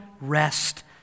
rest